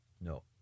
no